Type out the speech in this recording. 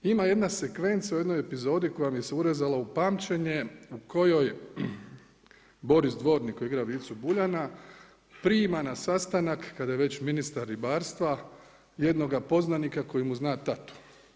Ima jedna sekvenca u jednoj epizodi koja mi se urezala u pamćenje u kojoj Boris Dvornik koji igra Vicu Buljana, prima na sastanak kada je već ministar ribarstva jednoga poznanika koji mu zna tatu.